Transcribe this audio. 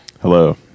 Hello